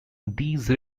these